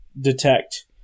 detect